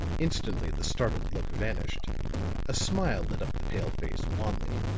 instantly the startled look vanished a smile lit up the pale face, wanly.